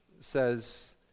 says